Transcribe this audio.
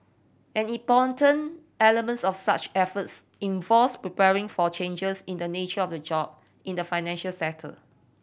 an important element of such efforts involves preparing for changes in the nature of the job in the financial sector